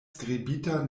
skribita